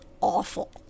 awful